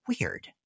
Weird